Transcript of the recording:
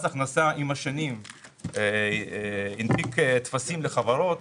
מס הכנסה עם השנים הנפיק טפסים לחברות.